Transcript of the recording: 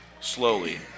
slowly